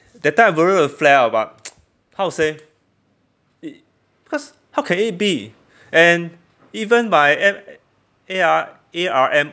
that time I wanted to flare up but how to say it cause how can it be and even my M A_R A_R_M